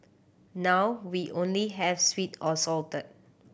now we only have sweet or salted